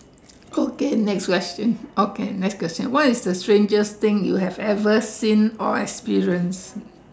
okay next question okay next question what is the strangest thing you have ever seen or experienced